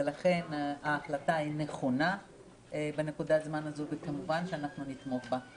ולכן ההחלטה היא נכונה בנקודת הזמן הזאת וכמובן שנתמוך בה.